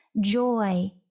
joy